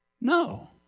No